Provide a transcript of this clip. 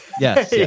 Yes